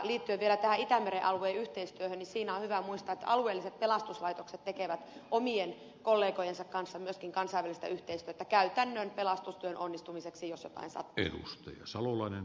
liittyen vielä tähän itämeren alueen yhteistyöhön niin siinä on hyvä muistaa että alueelliset pelastuslaitokset tekevät omien kollegojensa kanssa myöskin kansainvälistä yhteistyötä käytännön pelastustyön onnistumiseksi jos jotain sattuu